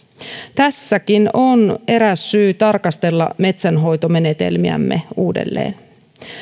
tässäkin on eräs syy tarkastella metsänhoitomenetelmiämme uudelleen